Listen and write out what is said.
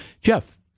Jeff